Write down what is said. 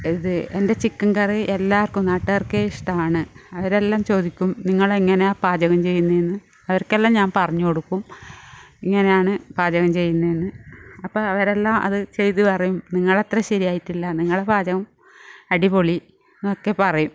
അത് എൻ്റെ chicken curry എല്ലാവർക്കും നാട്ടുകാർക്ക് ഇഷ്ടമാണ് അവരെല്ലാം ചോദിക്കും നിങ്ങളെങ്ങനെയാണ് പാചകം ചെയ്യുന്നതെന്ന് അവർക്കെല്ലാം ഞാൻ പറഞ്ഞ് കൊടുക്കും ഇങ്ങനെയാണ് പാചകം ചെയ്യുന്നതെന്ന് അപ്പം അവരെല്ലാം അത് ചെയ്ത് പറയും നിങ്ങളത്ര ശരിയായിട്ടില്ല നിങ്ങളുടെ പാചകം അടിപൊളി എന്നൊക്കെ പറയും